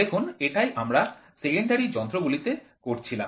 দেখুন এটাই আমরা সেকেন্ডারি যন্ত্র গুলিতে করছিলাম